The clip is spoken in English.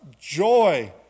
joy